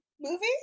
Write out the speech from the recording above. movie